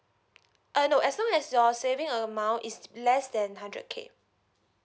uh no as long as your saving amount is less than hundred K